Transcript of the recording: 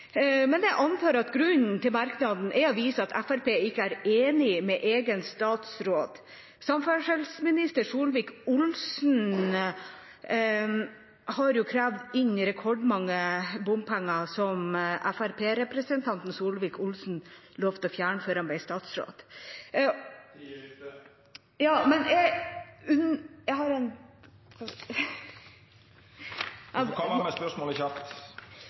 men jeg antar at grunnen til merknaden er å vise at Fremskrittspartiet ikke er enig med egen statsråd. Samferdselsminister Solvik-Olsen har jo krevd inn rekordmange bompenger, som Fremskrittsparti-representanten Solvik-Olsen lovet å fjerne før han ble statsråd.